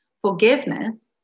Forgiveness